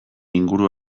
inguru